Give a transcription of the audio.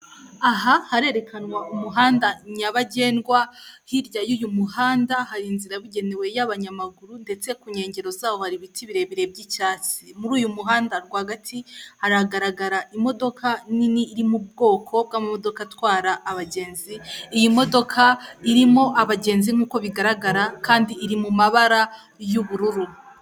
Aha harerekanwa umuhanda nyabagendwa hirya y'uyu muhanda hari inzirabugenewe y'abanyamaguru ndetse ku nkengero zawo hari ibiti birebire by'icyatsi muri uyu muhanda rwagati haragaragara imodoka nini iri mu bwoko bw'amamodoka atwara abagenzi iyi modoka irimo abagenzi nkuko bigaragara kandi iri mu mabara y'ubururu.